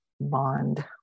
bond